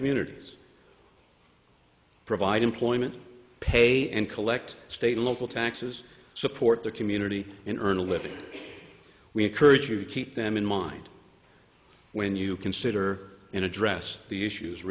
communities provide employment pay and collect state local taxes support their community and earn a living we encourage you to keep them in mind when you consider in address the issues